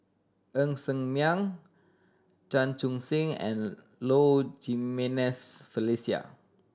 Ng Ser Miang Chan Chun Sing and Low Jimenez Felicia